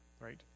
right